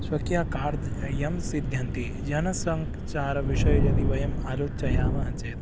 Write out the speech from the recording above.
स्वकीयकार्यं सिद्ध्यन्ति जनसञ्चारविषये यदि वयं आलोचयामः चेत्